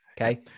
Okay